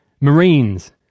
Marines